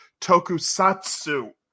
tokusatsu